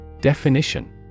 Definition